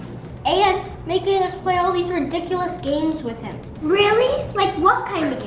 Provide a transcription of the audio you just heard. and making us play all these ridiculous games with him. really? like what kind